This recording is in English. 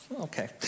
Okay